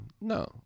no